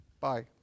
Bye